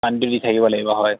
পানীটো দি থাকিব লাগিব হয়